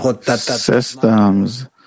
systems